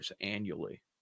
annually